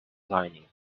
lining